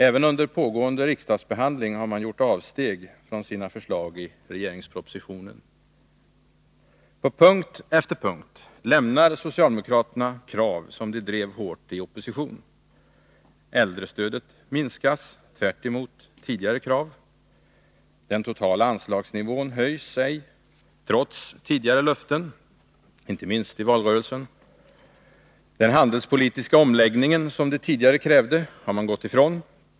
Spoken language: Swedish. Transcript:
Även under pågående riksdagsbe handling har man gjort avsteg från sina förslag i regeringspropositionen. På punkt efter punkt lämnar socialdemokraterna krav som de drev hårt i opposition. Äldrestödet minskas, tvärtemot tidigare krav. Den totala anslagsnivån höjs ej, trots tidigare löften, inte minst i valrörelsen. Den handelspolitiska omläggningen som de tidigare krävde har frångåtts.